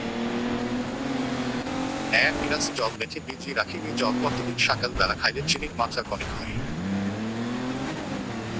এ্যাক গিলাস জল মেথি ভিজি রাখি ওই জল পত্যিদিন সাকাল ব্যালা খাইলে চিনির মাত্রা কণেক হই